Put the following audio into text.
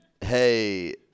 Hey